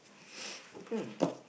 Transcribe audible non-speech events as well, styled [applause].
[noise] hmm